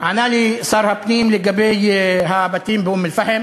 ענה לי שר הפנים לגבי הבתים באום-אלפחם